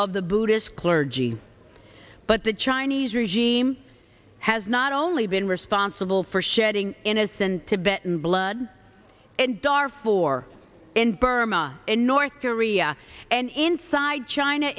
of the buddhist clergy but the chinese regime has not only been responsible for shedding innocent tibetan blood and dar for in burma in north korea and inside china